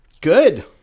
Good